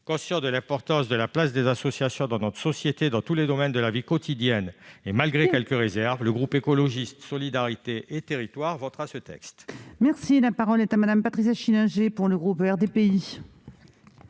conscient de l'importance de la place des associations dans notre société dans tous les domaines de la vie quotidienne, et malgré quelques réserves, le groupe Écologiste - Solidarité et Territoires votera ce texte. La parole est à Mme Patricia Schillinger, pour le groupe